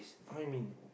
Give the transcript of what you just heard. climbing